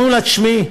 אומרים לה: תשמעי,